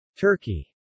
Turkey